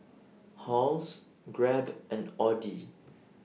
Halls Grab and Audi